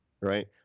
right